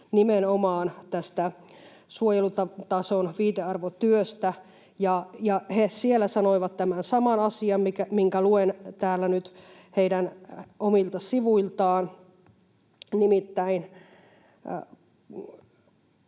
nimenomaan tästä suojelutason viitearvotyöstä, ja he siellä sanoivat tämän saman asian, minkä luen täällä nyt heidän omilta sivuiltaan, nimittäin